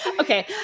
Okay